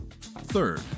Third